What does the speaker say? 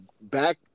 back